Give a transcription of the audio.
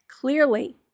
clearly